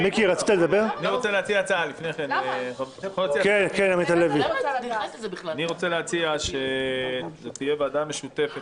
אני רוצה להציע הצעה: שזו תהיה ועדה משותפת